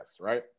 right